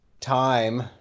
time